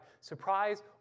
surprise